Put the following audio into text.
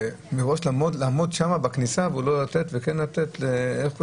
מראש צריך לעמוד בכניסה ולא לתת או כן לתת לאנשים להיכנס?